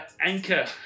Anchor